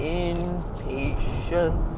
impatient